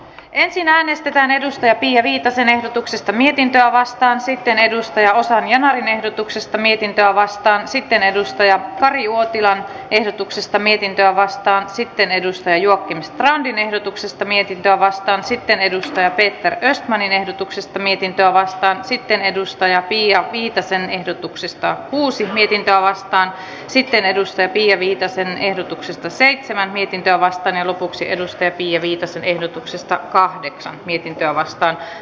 ensin äänestetään pia viitasen ehdotuksesta mietintöä vastaan sitten ozan yanarin ehdotuksesta mietintöä vastaan sitten kari uotilan ehdotuksesta mietintöä vastaan sitten joakim strandin ehdotuksesta mietintöä vastaan sitten peter östmanin ehdotuksesta mietintöä vastaan sitten pia viitasen ehdotuksesta mietintöä vastaan sitten pia viitasen ehdotuksesta mietintöä vastaan ja lopuksi pia viitasen ehdotuksesta mietintöä vastaan